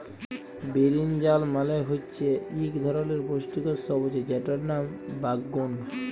বিরিনজাল মালে হচ্যে ইক ধরলের পুষ্টিকর সবজি যেটর লাম বাগ্যুন